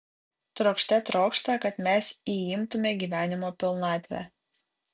trokšte trokšta kad mes įimtume gyvenimo pilnatvę